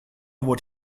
what